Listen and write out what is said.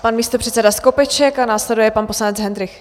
Pan místopředseda Skopeček a následuje pan poslanec Hendrych.